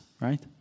right